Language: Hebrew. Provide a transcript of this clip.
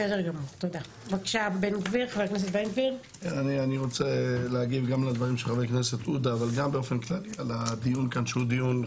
אני רוצה להגיב לדברים של חבר הכנסת עודה וגם בקשר לדברים הכלליים.